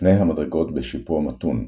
פני המדרגות בשיפוע מתון,